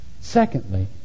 Secondly